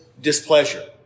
displeasure